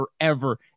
forever